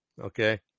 okay